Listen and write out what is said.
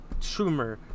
schumer